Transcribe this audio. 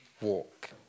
walk